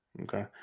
Okay